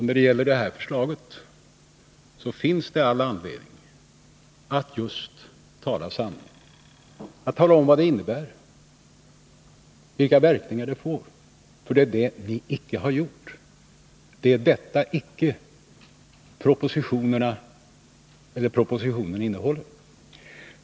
När det gäller det här förslaget finns det all anledning att just tala sanning, att tala om vad det innebär och vilka verkningar det får. För det är detta ni icke har gjort. Det är detta som saknas i propositionen.